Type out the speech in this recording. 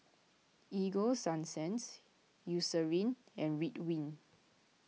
Ego Sunsense Eucerin and Ridwind